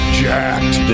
jacked